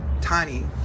tiny